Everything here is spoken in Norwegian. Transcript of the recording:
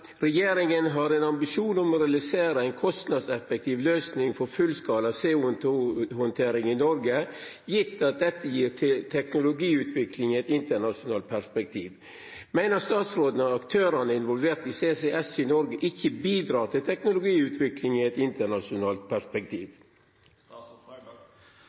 har en ambisjon om å realisere en kostnadseffektiv løsning for fullskala CO 2 -håndtering i Norge, gitt at dette gir teknologiutvikling i et internasjonalt perspektiv». Mener statsråden at aktørene involvert i CCS i Norge, ikke bidrar til teknologiutvikling i et internasjonalt perspektiv?»